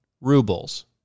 rubles